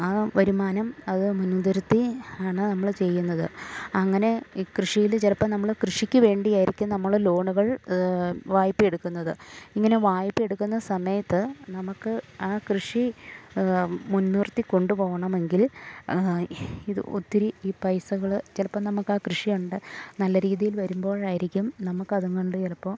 ആ വരുമാനം അത് മുൻനിർത്തി ആണ് നമ്മൾ ചെയ്യുന്നത് അങ്ങനെ ഈ കൃഷിയിൽ ചിലപ്പം നമ്മൾ കൃഷിക്ക് വേണ്ടിയായിരിക്കും നമ്മൾ ലോണുകൾ വായ്പ എടുക്കുന്നത് ഇങ്ങനെ വായ്പ എടുക്കുന്ന സമയത്ത് നമുക്ക് ആ കൃഷി മുൻ നിർത്തി കൊണ്ടു പോകണമെങ്കിൽ ഇത് ഒത്തിരി ഈ പൈസകൾ ചിലപ്പം നമുക്കാ കൃഷിയുണ്ട് നല്ല രീതിയിൽ വരുമ്പോഴായിരിക്കും നമുക്കതും കൊണ്ട് ചിലപ്പോൾ